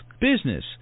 business